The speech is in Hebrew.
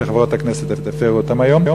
שחברות הכנסת הפירו אותה היום.